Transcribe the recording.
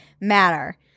matter